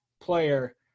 player